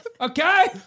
Okay